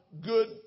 good